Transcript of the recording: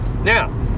Now